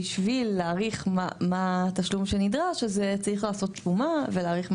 בשביל להעריך מה התשלום שנדרש וצריך להעריך את